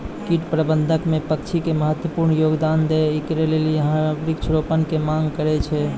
कीट प्रबंधन मे पक्षी के महत्वपूर्ण योगदान छैय, इकरे लेली यहाँ वृक्ष रोपण के मांग करेय छैय?